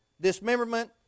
dismemberment